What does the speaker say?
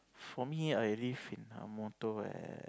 for me I live in my motto and